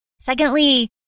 Secondly